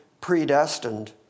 predestined